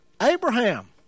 Abraham